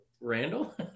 Randall